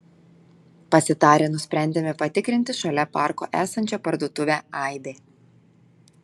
pasitarę nusprendėme patikrinti šalia parko esančią parduotuvę aibė